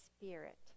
spirit